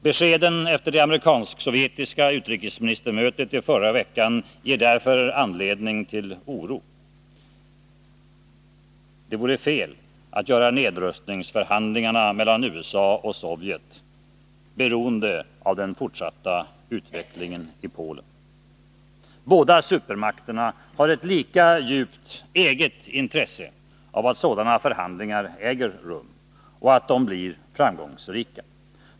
Beskeden efter det amerikansk-sovjetiska utrikesministermötet i förra veckan ger därför anledning till oro. Det vore fel att göra nedrustningsförhandlingarna mellan USA och Sovjet beroende av den fortsatta utvecklingen i Polen. Båda supermakterna har ett lika djupt eget intresse av att sådana förhandlingar äger rum och att de blir framgångsrika.